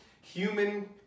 human